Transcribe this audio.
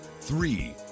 Three